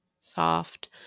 soft